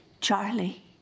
Charlie